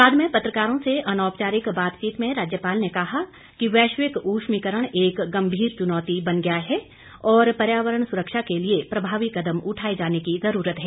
बाद में पत्रकारों में अनौपचारिक बातचीत में राज्यपाल ने कहा कि वैश्विक उष्मीकरण एक गंभीर चुनौती बन गया है और पर्यावरण सुरक्षा के लिए प्रभावी कदम उठाए जाने की जरूरत है